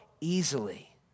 easily